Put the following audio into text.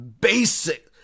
basic